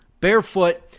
barefoot